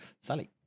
Sally